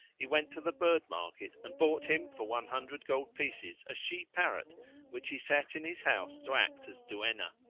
he went to the bird market and bought him for one hundred gold pieces a she parrot which he set in his house to act as duenna,